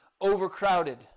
overcrowded